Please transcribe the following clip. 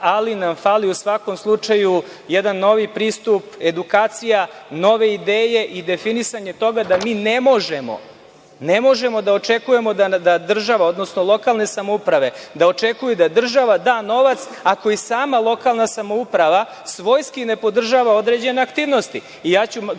ali nam fali u svakom slučaju jedan novi pristup, edukacija, nove ideje i definisanje toga da mi ne možemo da očekujemo da država, odnosno lokalne samouprave da očekuju da država da novac, ako i sama lokalna samouprava svojski ne podržava određene aktivnosti. Citiraću